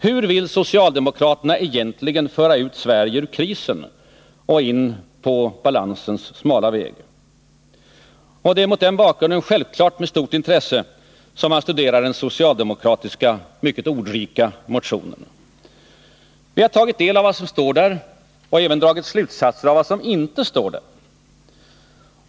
Hur vill socialdemokraterna egentligen föra ut Sverige ur krisen och komma in på balansens smala väg? Det är mot den bakgrunden självfallet med stort intresse som vi har studerat den socialdemokratiska mycket ordrika motionen. Vi har tagit del av vad som står där och även dragit slutsatser av vad som inte står där.